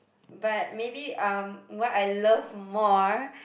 but maybe um what I love more